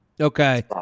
okay